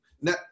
Now